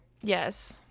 yes